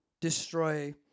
destroy